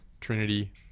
trinity